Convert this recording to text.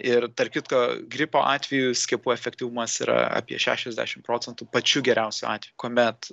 ir tarp kitko gripo atveju skiepų efektyvumas yra apie šešiasdešim procentų pačiu geriausiu atveju kuomet